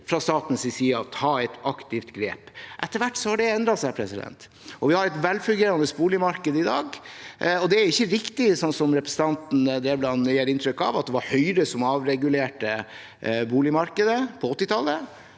fra statens side ta et aktivt grep. Etter hvert har det endret seg, og vi har et velfungerende boligmarked i dag. Det er ikke riktig, som representanten Drevland Lund gir inntrykk av, at det var Høyre som avregulerte boligmarkedet på 1980-tallet.